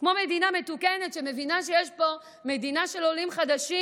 במדינה מתוקנת, שמבינה שזו מדינה של עולים חדשים.